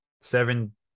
seven